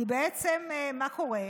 כי בעצם מה קורה?